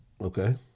Okay